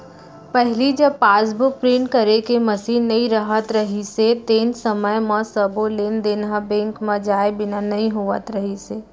पहिली जब passbook print करे के मसीन नइ रहत रहिस तेन समय म सबो लेन देन ह बेंक म जाए बिना नइ होवत रहिस